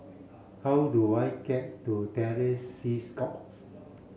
how do I get to Terror Sea Scouts